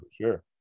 sure